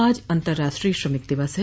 आज अतंराष्ट्रीय श्रमिक दिवस है